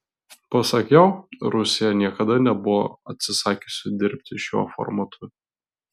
pasak jo rusija niekada nebuvo atsisakiusi dirbti šiuo formatu